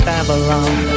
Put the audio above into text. Babylon